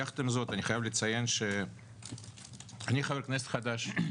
יחד עם זאת, אני חייב לציין, אני חבר כנסת חדש,